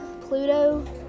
Pluto